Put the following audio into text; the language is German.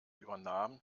übernahm